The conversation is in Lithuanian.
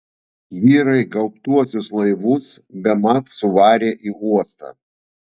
vyrai gaubtuosius laivus bemat suvarė į uostą